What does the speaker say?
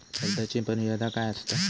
कर्जाची मर्यादा काय असता?